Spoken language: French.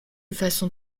façon